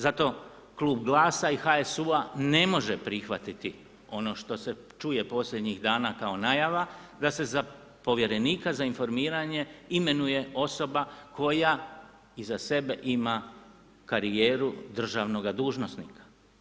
Zato klub GLAS-a i HSU-a ne može prihvatiti ono što se čuje posljednjih dana kao najava da se za povjerenika za informiranje imenuje osoba koja iza sebe ima karijeru državnoga dužnosnika.